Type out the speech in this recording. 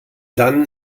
dann